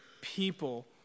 people